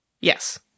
Yes